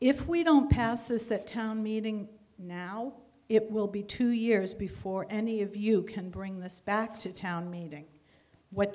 if we don't pass this that town meeting now it will be two years before any of you can bring this back to town meeting what